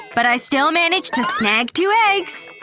but i still managed to snag two eggs!